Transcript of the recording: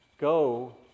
Go